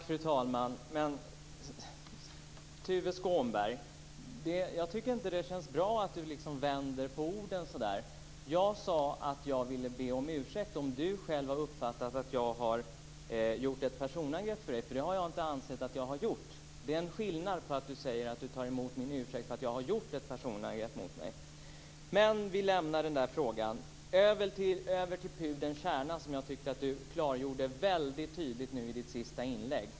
Fru talman! Jag tycker inte att det känns bra att Tuve Skånberg vänder på orden. Jag sade att jag ville be om ursäkt om han uppfattade det som att jag gjorde ett personangrepp. Det har jag inte ansett att jag har gjort. Det är något annat att säga att han tar emot min ursäkt för att jag har gjort ett personangrepp mot honom. Vi lämnar den frågan. Över till pudelns kärna, som jag tyckte att Tuve Skånberg klargjorde väldigt tydligt i sitt senaste inlägg.